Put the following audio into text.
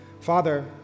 Father